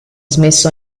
smesso